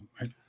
right